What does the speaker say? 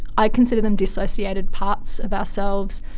i consider them dissociated parts of ourselves,